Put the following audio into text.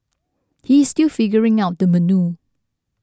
he is still figuring out the menu